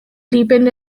deepened